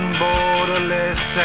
borderless